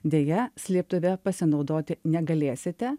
deja slėptuve pasinaudoti negalėsite